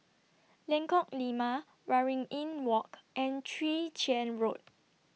Lengkok Lima Waringin Walk and Chwee Chian Road